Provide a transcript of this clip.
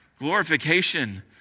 Glorification